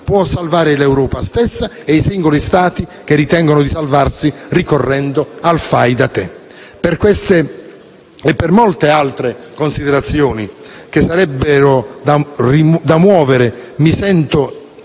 può salvare l'Europa stessa e i singoli Stati che ritengono di salvarsi ricorrendo al fai da te. Per queste e per molte altre considerazioni che sarebbero da muovere, mi sento